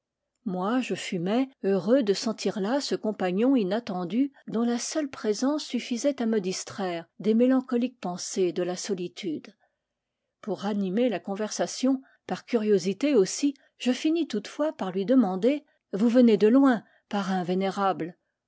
moi je fumais heureux de sentir là ce compagnon inattendu dont la seule présence suffisait à me distraire des mélancoliques pensées de la solitude pour ranimer la conver sation par curiosité aussi je finis toutefois par lui demander vous venez de loin parrain vénérable